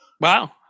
Wow